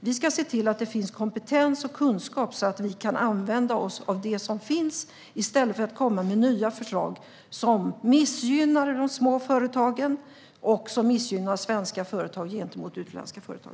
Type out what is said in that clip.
Vi ska se till att det finns kompetens och kunskap så att vi kan använda oss av det som finns i stället för att komma med nya förslag som missgynnar de små företagen och som missgynnar svenska företag gentemot utländska företag.